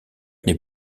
n’est